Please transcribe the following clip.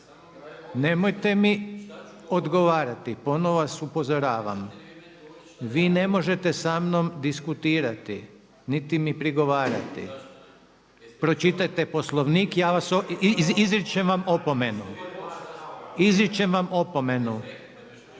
Nemojte mi odgovarati ponovno vas upozoravam. Vi ne možete sa mnom diskutirati, niti mi prigovarati. …/Upadica sa strane, ne razumije se./… Pročitajte Poslovnik. Ja vas, izričem vam opomenu. Izričem vam opomenu